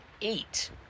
eight